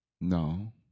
No